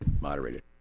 moderated